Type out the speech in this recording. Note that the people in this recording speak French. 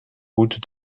route